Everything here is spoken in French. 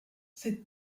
cette